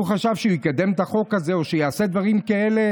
הוא חשב שהוא יקדם את החוק הזה או שהוא יעשה דברים כאלה,